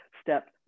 step